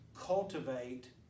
cultivate